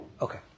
Okay